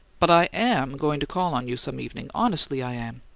but i am going to call on you some evening honestly i am.